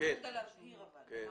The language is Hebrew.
להבהיר דבר אחד.